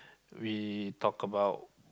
we talk about